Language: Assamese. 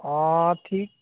অঁ ঠিক